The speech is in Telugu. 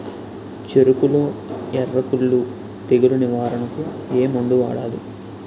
చెఱకులో ఎర్రకుళ్ళు తెగులు నివారణకు ఏ మందు వాడాలి?